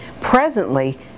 Presently